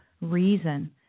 reason